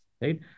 right